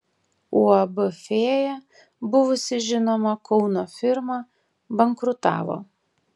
uab fėja buvusi žinoma kauno firma bankrutavo